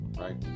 right